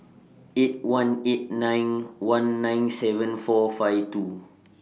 eight one eight nine one nine seven four five two